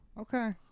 Okay